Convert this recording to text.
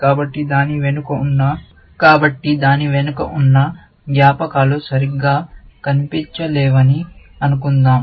కాబట్టి దాని వెనుక ఉన్న జ్ఞాపకాలు సరిగ్గా కనిపించలేవని అనుకుందాం